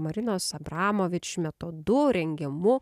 marinos abramovič metodu rengiamų